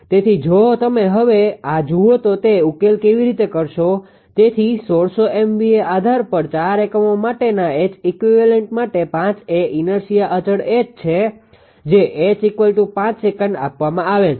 તેથી જો તમે હવે આ જુઓ તો તે ઉકેલ કેવી રીતે કરશો તેથી 1600 MVA આધાર પર 4 એકમો માટેના Heq માટે 5 એ ઇનાર્શીયા અચળ છે જે H5 સેકન્ડ આપવામાં આવેલ છે